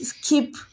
keep